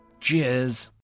Cheers